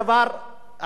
אני רוצה לסכם,